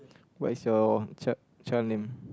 what is your child child name